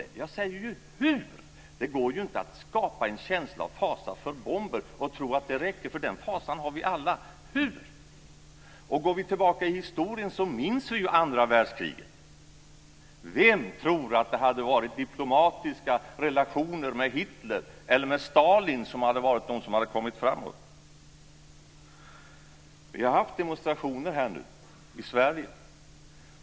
Jag frågar ju hur. Det går inte att skapa en känsla av fasa för bomber och tro att det räcker, för den fasan har vi alla. Hur? Går vi tillbaka i historien minns vi andra världskriget. Vem tror att det hade varit diplomatiska relationer med Hitler eller med Stalin som hade kommit framåt? Vi har haft demonstrationer här i Sverige nu.